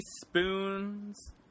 spoons